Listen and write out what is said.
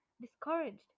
discouraged